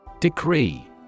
Decree